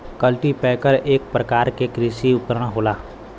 cultipacker एक परकार के कृषि उपकरन होला